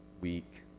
weak